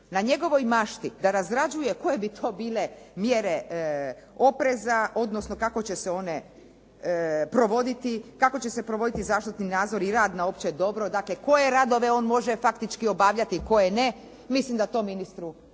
na njegovoj mašti da razrađuje koje bi to bile mjere opreza, odnosno kako će se one provoditi, kako će se provoditi zaštitni nadzor i rad na opće dobro, dakle koje radove on može faktički obavljati, koje ne. Mislim da to ministru ne